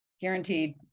Guaranteed